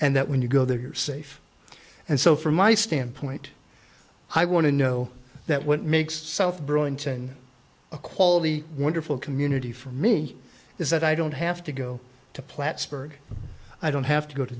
and that when you go there you're safe and so from my standpoint i want to know that what makes south burlington a quality wonderful community for me is that i i don't have to go to plattsburg i don't have to go to